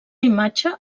imatge